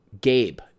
Gabe